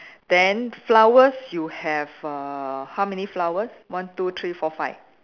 then flowers you have err how many flower one two three four five